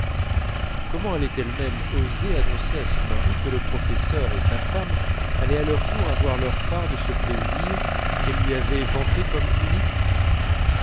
comment allait-elle même oser annoncer à son mari que le professeur et sa femme allaient à leur tour avoir leur part de ce plaisir qu'elle lui avait vanté comme unique